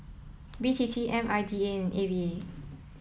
B T T I M D A and A V A